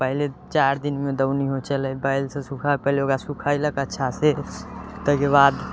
पहिले चारि दिनमे दौनी होइ छलै बैलसँ सूखा पहिले ओकरा सूखेलक अच्छासँ तैके बाद